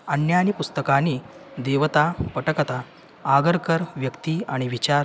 अन्यानि पुस्तकानि देवता पटकता आगर्कर् व्यक्ति अणिविचार